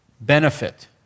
benefit